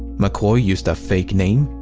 mccoy used a fake name.